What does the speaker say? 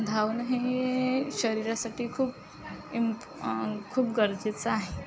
धावणं हे शरीरासाठी खूप इंप खूप गरजेचं आहे